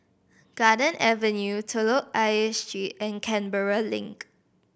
Garden Avenue Telok Ayer Street and Canberra Link